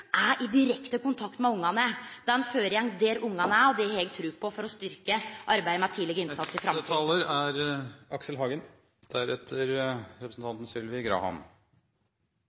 er i direkte kontakt med ungane. Den føregår der ungane er, og det har eg tru på for å styrkje arbeidet med tidleg innsats i framtida. Jeg er